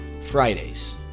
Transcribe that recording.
Fridays